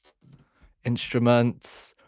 instruments,